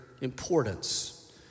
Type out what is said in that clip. importance